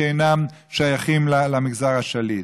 שאינם שייכים למגזר השליט.